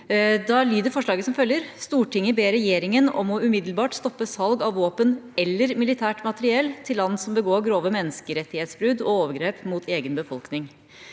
Da lyder forslaget som følger: «Stortinget ber regjeringen om å umiddelbart stoppe salg av våpen eller militært materiell til land som begår grove menneskerettighetsbrudd og overgrep mot egen befolkning.»